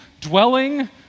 dwelling